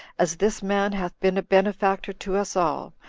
as this man hath been a benefactor to us all,